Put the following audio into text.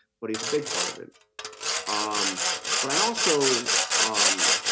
but he's a big part of it um but i also um